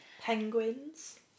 Penguins